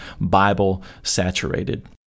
Bible-saturated